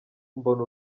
mbona